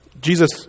Jesus